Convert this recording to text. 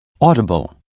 audible